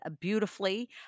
beautifully